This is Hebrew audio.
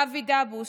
אבי דבוש.